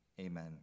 Amen